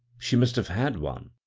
she must have had one,